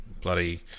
bloody